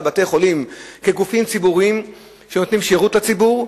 בתי-חולים כגופים ציבוריים שנותנים שירות לציבור,